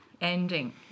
ending